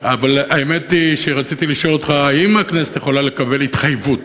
אבל האמת היא שרציתי לשאול אותך: האם הכנסת יכולה לקבל התחייבות